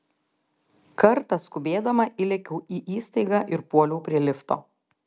kartą skubėdama įlėkiau į įstaigą ir puoliau prie lifto